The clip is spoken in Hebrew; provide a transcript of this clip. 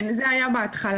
כן, זה היה בהתחלה.